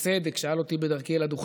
שתכין אותה לקריאה השנייה והשלישית.